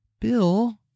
Bill